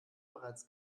bereits